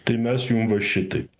tai mes jum va šitaip